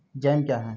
Jam क्या हैं?